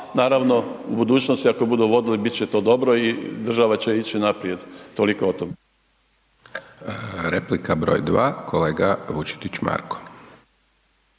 naravno u budućnosti ako budu vodili, bit će to dobro i država će ići naprijed. Toliko o tom. **Hajdaš Dončić,